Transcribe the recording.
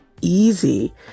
easy